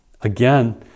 Again